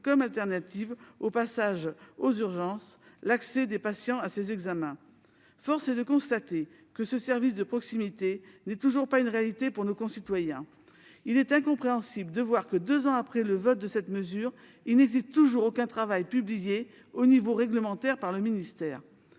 comme alternative aux passages aux urgences, l'accès des patients à ces examens. Force est de constater que ce service de proximité n'est toujours pas une réalité pour nos concitoyens. Il est incompréhensible que, deux ans après le vote de cette mesure, il n'existe toujours aucun travail publié au niveau réglementaire par le ministère.